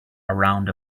around